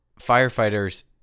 firefighters